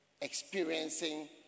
experiencing